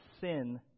sin